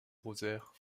rosaire